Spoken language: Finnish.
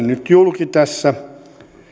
nyt julki tässä